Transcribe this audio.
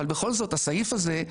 אבל בכל זאת הסעיף הזה,